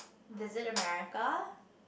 visit America